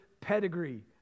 Pedigree